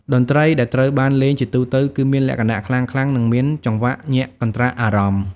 តន្ត្រីដែលត្រូវបានលេងជាទូទៅគឺមានលក្ខណៈខ្លាំងៗ និងមានចង្វាក់ញាក់កន្រ្ដាក់អារម្មណ៍។